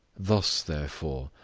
thus, therefore,